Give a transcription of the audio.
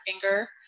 finger